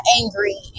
angry